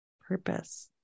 purpose